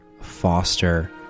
Foster